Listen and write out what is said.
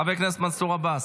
חבר הכנסת מנסור עבאס,